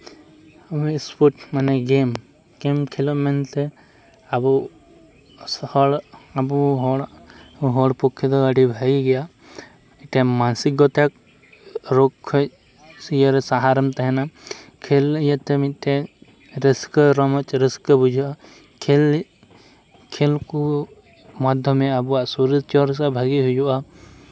sport ᱢᱟᱱᱮ ᱜᱮᱢ ᱜᱮᱢ ᱠᱷᱮᱞᱳᱜ ᱢᱮᱱᱛᱮ ᱟᱵᱚ ᱦᱚᱲ ᱟᱵᱚ ᱦᱚᱲ ᱦᱚᱲ ᱯᱚᱠᱠᱷᱮ ᱫᱚ ᱟᱹᱰᱤ ᱵᱷᱟᱜᱮ ᱜᱮᱭᱟ ᱢᱤᱫᱴᱮᱱ ᱢᱟᱱᱚᱥᱤᱠᱚᱛᱟ ᱨᱳᱜᱽ ᱠᱷᱚᱱ ᱥᱟᱦᱟᱨᱮᱢ ᱛᱟᱦᱮᱱᱟ ᱠᱷᱮᱞ ᱤᱭᱟᱹᱛᱮ ᱨᱟᱹᱥᱠᱟᱹ ᱨᱚᱢᱚᱡᱽ ᱨᱟᱹᱥᱠᱟᱹ ᱵᱩᱡᱷᱟᱹᱜᱼᱟ ᱠᱷᱮᱞ ᱠᱷᱮᱞ ᱠᱚ ᱢᱟᱫᱽᱫᱷᱚᱢᱮ ᱟᱵᱚᱣᱟᱜ ᱥᱚᱨᱤᱨ ᱪᱚᱨᱪᱟ ᱵᱷᱟᱜᱮ ᱦᱩᱭᱩᱜᱼᱟ